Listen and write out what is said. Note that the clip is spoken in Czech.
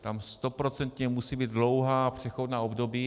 Tam stoprocentně musí být dlouhá přechodná období.